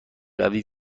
قوی